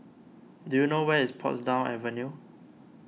do you know where is Portsdown Avenue